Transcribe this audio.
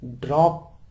drop